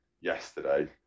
yesterday